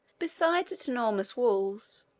besides, its enormous walls,